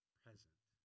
present